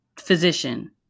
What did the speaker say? physician